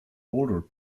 older